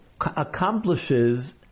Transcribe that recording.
accomplishes